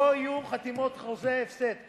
לא יהיו חתימות חוזי הפסד,